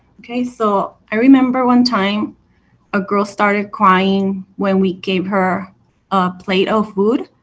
okay? so i remember one time a girl started crying when we gave her a plate of food.